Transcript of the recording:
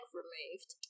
removed